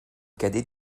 cadet